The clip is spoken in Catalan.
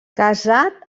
casat